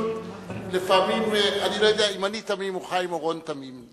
פשוט לפעמים לא יודע אם אני תמים או חיים אורון תמים.